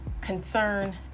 concern